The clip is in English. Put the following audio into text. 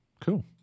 cool